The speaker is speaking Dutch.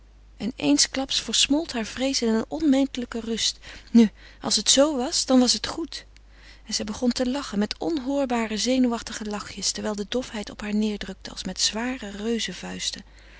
en eensklaps versmolt hare vrees in een onmetelijke rust nu als het zoo was dan was het goed en zij begon te lachen met onhoorbare zenuwachtige lachjes terwijl de dofheid op haar neêrdrukte als met zware